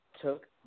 took